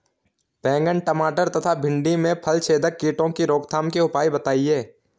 बैंगन टमाटर तथा भिन्डी में फलछेदक कीटों की रोकथाम के उपाय बताइए?